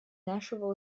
нашего